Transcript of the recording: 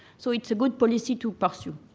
so it's a good policy to pursue.